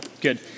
good